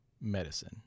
medicine